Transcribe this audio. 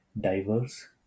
Diverse